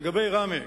לגבי ראמה,